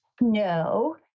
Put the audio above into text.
No